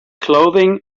clothing